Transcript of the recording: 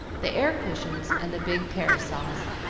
the air-cushions, and the big parasols.